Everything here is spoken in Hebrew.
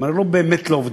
הם הרי לא באמת לא עובדים.